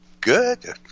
good